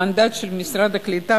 לפי המנדט של משרד הקליטה,